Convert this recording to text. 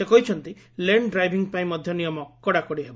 ସେ କହିଛନ୍ତି lane driving ପାଇଁ ମଧ୍ଧ ନିୟମ କଡ଼ାକଡ଼ି ହେବ